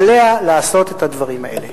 עליה לעשות את הדברים האלה.